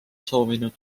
soovinud